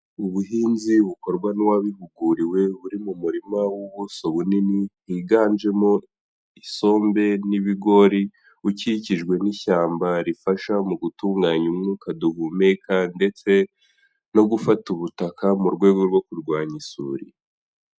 Ubuhinzi bukorwa n'uwabihuguriwe buri mu murima w'ubuso bunini, bwiganjemo isombe n'ibigori, ukikijwe n'ishyamba rifasha mu gutunganya umwuka duhumeka ndetse no gufata ubutaka mu rwego rwo kurwanya isuri.